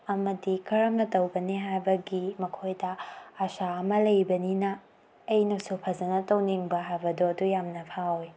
ꯑꯃꯗꯤ ꯀꯔꯝꯅ ꯇꯧꯒꯅꯤ ꯍꯥꯏꯕꯒꯤ ꯃꯈꯣꯏꯗ ꯑꯁꯥ ꯑꯃ ꯂꯩꯕꯅꯤꯅ ꯑꯩꯅꯁꯨ ꯐꯖꯅ ꯇꯧꯅꯤꯡꯕ ꯍꯥꯏꯕꯗꯣ ꯑꯗꯨ ꯌꯥꯝꯅ ꯐꯥꯎꯋꯤ